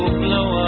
blow